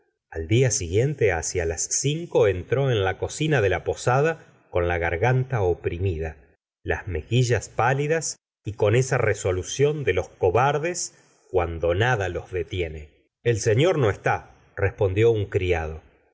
al día siguiente hacia las cinco entró en la cocina de la posada con la garganta oprimida las mejillas pálidas y con esa resolución de los cobardes cuando nada les detierie el señor no está respondió un criado